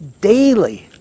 daily